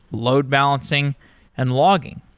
load balancing and logging.